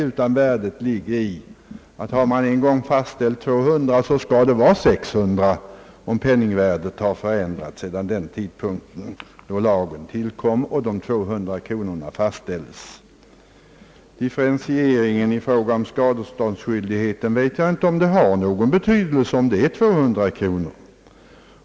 Värdet för honom ligger i att om man en gång fastställt beloppet till 200 kronor, skall det vara 600 kronor om penningvärdet har förändrats så sedan den tidpunkt lagen tillkom. För differentieringen av skadeståndsskyldigheten vet jag inte om beloppet har någon betydelse.